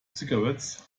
cigarettes